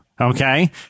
Okay